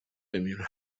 emil